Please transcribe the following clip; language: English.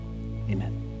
Amen